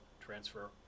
transfer